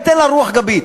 ייתן לה רוח גבית?